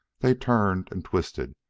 they turned and twisted,